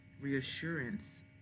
reassurance